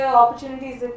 opportunities